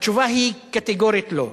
התשובה קטגורית היא, לא.